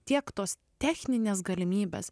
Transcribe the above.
tiek tos techninės galimybės